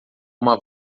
uma